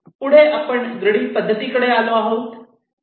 पुढे आपण ग्रीडी पद्धतीकडे आलो आहे